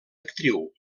actriu